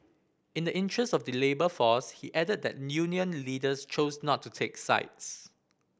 in the interest of the labour force he added that union leaders chose not to take sides